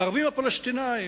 הערבים הפלסטינים,